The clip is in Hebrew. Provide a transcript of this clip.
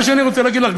מה שאני רוצה להגיד לך,